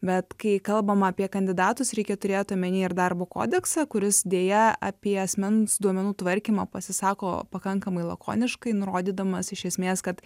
bet kai kalbam apie kandidatus reikia turėt omeny ir darbo kodeksą kuris deja apie asmens duomenų tvarkymą pasisako pakankamai lakoniškai nurodydamas iš esmės kad